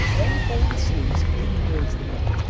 then, fold the sleeves in towards the middle.